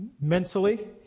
mentally